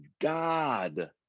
god